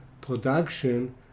production